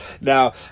Now